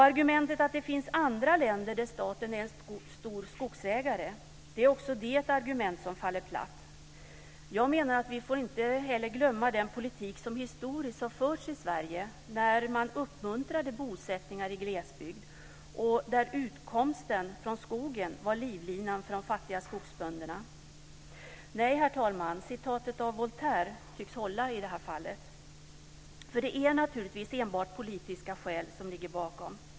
Argumentet att det finns andra länder där staten är en stor skogsägare är också det ett argument som faller platt. Jag menar att vi inte får glömma den politik som historiskt har förts i Sverige, då man uppmuntrade bosättning i glesbygd och utkomsten från skogen var livlinan för de fattiga skogsbönderna. Herr talman! Citatet av Voltaire tycks hålla i det här fallet, för det är naturligtvis enbart politiska skäl som ligger bakom.